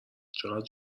چقد